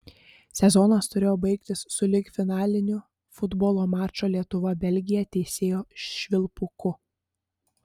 sezonas turėjo baigtis sulig finaliniu futbolo mačo lietuva belgija teisėjo švilpuku